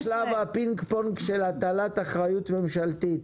אנחנו בשלב הפינג-פונג של הטלת אחריות ממשלתית.